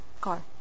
car